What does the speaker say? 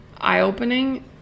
eye-opening